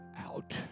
out